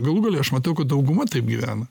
galų gale aš matau kad dauguma taip gyvena